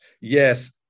Yes